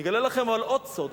אני אגלה לכם עוד סוד,